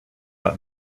out